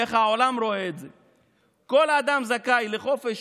איך העולם רואה את זה: "כל אדם זכאי לחופש